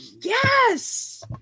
yes